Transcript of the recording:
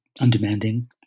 Undemanding